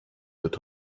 wird